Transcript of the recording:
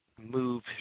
move